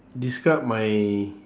describe my